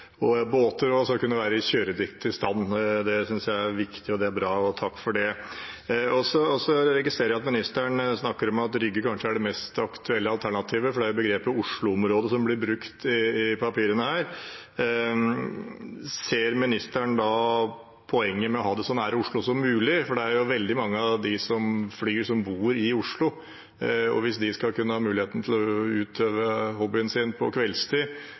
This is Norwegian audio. det er bra, så takk for det. Jeg registrerer at ministeren snakker om at Rygge kanskje er det mest aktuelle alternativet, for det er jo begrepet «Oslo-området» som blir brukt i papirene her. Ser ministeren da poenget med å ha det så nær Oslo som mulig? For det er jo veldig mange av dem som flyr, som bor i Oslo, og hvis de skal kunne ha muligheten til å utøve hobbyen sin på kveldstid,